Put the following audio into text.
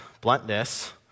bluntness